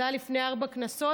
זה היה לפני ארבע כנסות,